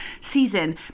Season